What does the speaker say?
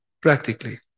practically